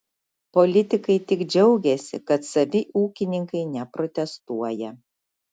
politikai tik džiaugiasi kad savi ūkininkai neprotestuoja